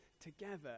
together